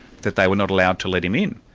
that they were not allowed to let him in.